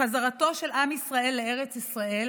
חזרתו של עם ישראל לארץ ישראל